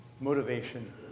motivation